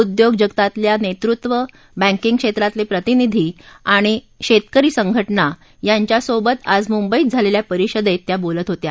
उद्योगजगतातील नेतृत्व बँकिंग क्षेत्रातले प्रतिनिधी आणि शेतकरी संघटना यांच्यासोबत आज मुंबईत झालेल्या परिषदेत त्या बोलत होत्या